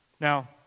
Now